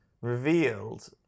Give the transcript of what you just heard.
revealed